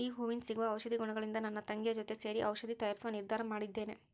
ಈ ಹೂವಿಂದ ಸಿಗುವ ಔಷಧಿ ಗುಣಗಳಿಂದ ನನ್ನ ತಂಗಿಯ ಜೊತೆ ಸೇರಿ ಔಷಧಿ ತಯಾರಿಸುವ ನಿರ್ಧಾರ ಮಾಡಿದ್ದೇನೆ